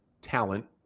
talent